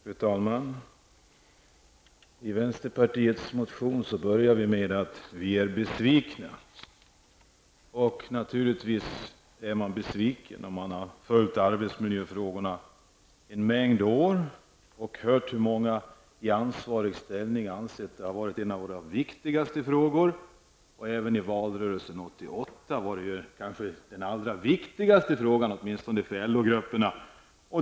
Fru talman! Vi inleder vänsterpartiets motion med att tala om att vi är besvikna. Man blir naturligtvis besviken efter att ha följt arbetsmiljöfrågan under en rad år och hört många i ansvarig ställning säga att det är en av våra viktigaste frågor. I valrörelsen år 1988 ansågs det vara den allra viktigaste frågan, åtminstone för LO-grupperna.